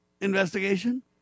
investigation